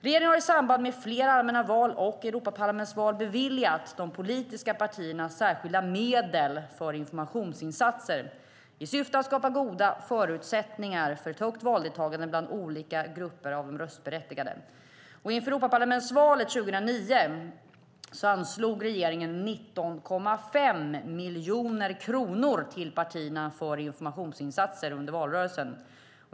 Regeringen har i samband med flera allmänna val och Europaparlamentsval beviljat de politiska partierna särskilda medel för informationsinsatser i syfte att skapa goda förutsättningar för ett högt valdeltagande bland olika grupper av röstberättigade. Inför Europaparlamentsvalet 2009 anslog regeringen 19,5 miljoner kronor till partierna för informationsinsatser under valrörelsen.